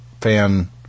fan